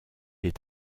est